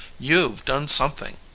you've done something.